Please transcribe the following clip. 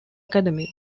academy